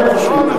הם חושבים.